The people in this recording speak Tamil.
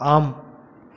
ஆம்